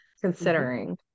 considering